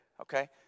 okay